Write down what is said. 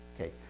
Okay